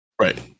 right